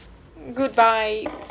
good buy